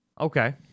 Okay